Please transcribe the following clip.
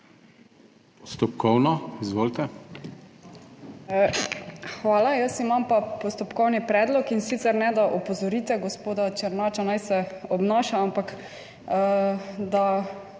(PS Svoboda):** Hvala. Jaz imam pa postopkovni predlog in sicer, ne da opozorite gospoda Černača, naj se obnaša, ampak da